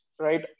Right